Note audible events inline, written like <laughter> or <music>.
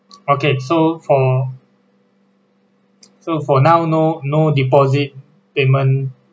<noise> okay so for <noise> so for now no no deposit payment